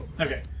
Okay